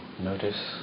notice